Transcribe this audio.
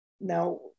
now